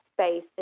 space